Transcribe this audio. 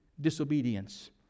disobedience